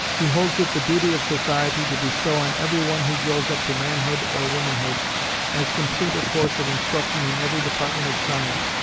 he holds it the duty of society to bestow on every one who grows up to manhood or womanhood as complete a course of instruction in every department of science,